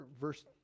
verse